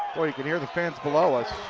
boy, you can hear the fans below us.